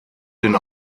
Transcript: den